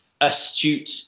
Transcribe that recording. astute